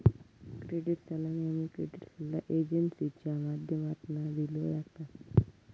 credit सल्ला नेहमी credit सल्ला एजेंसींच्या माध्यमातना दिलो जाता